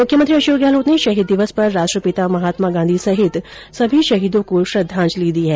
मुख्यमंत्री अशोक गहलोत ने शहीद दिवस पर राष्ट्रपिता महात्मा गांधी सहित सभी शहीदों को श्रद्धांजलि दी है